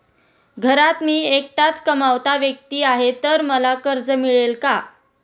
घरात मी एकटाच कमावता व्यक्ती आहे तर मला कर्ज मिळेल का?